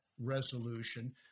resolution